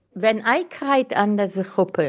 when i cried under the chuppa,